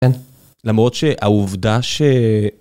כן, למרות שהעובדה ש...